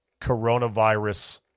coronavirus